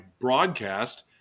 broadcast